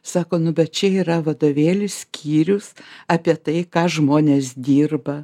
sako nu bet čia yra vadovėly skyrius apie tai ką žmonės dirba